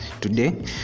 today